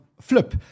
Flip